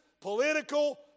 political